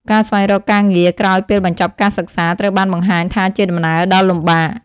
ការស្វែងរកការងារ ក្រោយពេលបញ្ចប់ការសិក្សាត្រូវបានបង្ហាញថាជាដំណើរដ៏លំបាក។